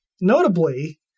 notably